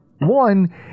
one